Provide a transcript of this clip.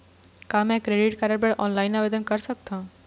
का मैं credit card बर ऑनलाइन आवेदन कर सकथों?